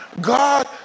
God